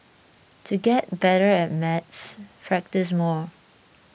to get better at maths practise more